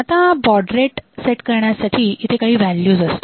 आता baud rate set करण्यासाठी इथे काही व्हॅल्यूज असतात